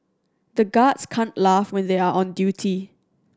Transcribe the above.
the guards can't laugh when they are on duty